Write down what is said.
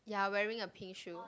ya wearing a pink shoe